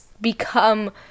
become